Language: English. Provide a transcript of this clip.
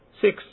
six